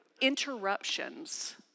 interruptions